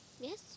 Yes